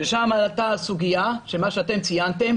ושם עלתה הסוגיה של מה שאתם ציינתם,